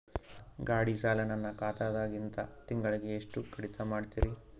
ಗಾಢಿ ಸಾಲ ನನ್ನ ಖಾತಾದಾಗಿಂದ ತಿಂಗಳಿಗೆ ಎಷ್ಟು ಕಡಿತ ಮಾಡ್ತಿರಿ?